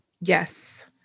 Yes